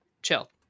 Chill